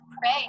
pray